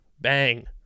Bang